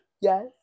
Yes